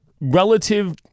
relative